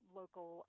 local